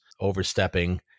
overstepping